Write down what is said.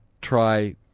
try